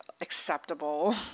acceptable